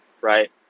right